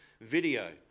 video